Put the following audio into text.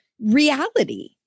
reality